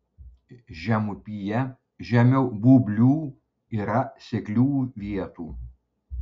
žemupyje žemiau būblių yra seklių vietų